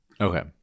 Okay